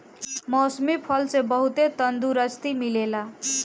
मौसमी फल से बहुते तंदुरुस्ती मिलेला